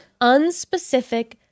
unspecific